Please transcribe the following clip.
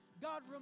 God